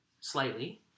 slightly